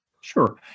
Sure